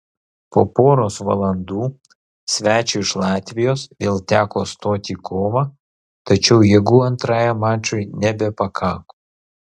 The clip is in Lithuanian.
po poros valandų svečiui iš latvijos vėl teko stoti į kovą tačiau jėgų antrajam mačui nebepakako